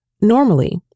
Normally